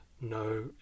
no